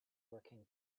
working